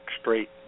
straight